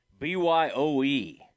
BYOE